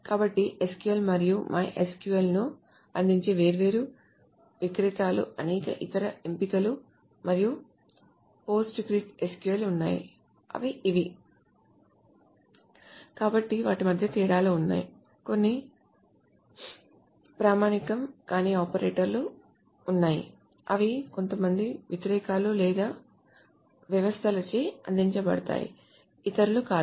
కాబట్టి SQL మరియు MySQL ను అందించే వేర్వేరు విక్రేతలు అనేక ఇతర ఎంపికలు మరియు PostgreSQL ఉన్నాయి అవి అన్నీ కాబట్టి వాటి మధ్య తేడాలు ఉన్నాయి కొన్ని ప్రామాణికం కాని ఆపరేటర్లు ఉన్నారు అవి కొంతమంది విక్రేతలు లేదా వ్యవస్థలచే అందించబడతాయి ఇతరులు కాదు